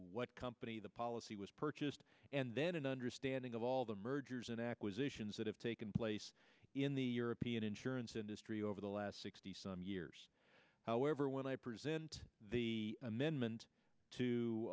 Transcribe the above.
what company the policy was purchased and then an understanding of all the mergers and acquisitions that have taken place in the european insurance industry over the last sixty some years however when i present the amendment to